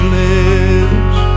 lives